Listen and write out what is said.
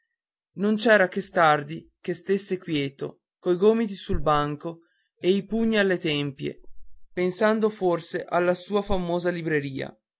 badava non c'era che stardi che stesse quieto coi gomiti sul banco e i pugni alle tempie pensando forse alla sua famosa libreria